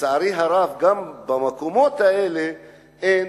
לצערי הרב, גם במקומות האלה אין